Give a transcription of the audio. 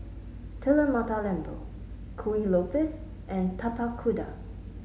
Telur Mata Lembu Kuih Lopes and Tapak Kuda